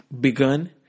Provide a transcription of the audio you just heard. begun